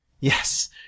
Yes